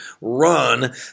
run